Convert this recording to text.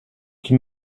qui